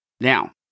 now